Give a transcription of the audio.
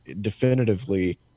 definitively